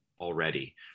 already